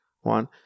One